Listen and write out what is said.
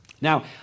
Now